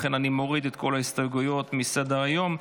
אני מוריד את כל ההסתייגויות מסדר-היום.